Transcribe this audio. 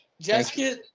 Jessica